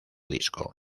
disco